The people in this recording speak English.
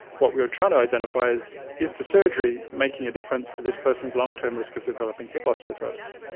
what we were trying to identify is is the surgery making a difference to this person's long-term risk of developing hip osteoarthritis.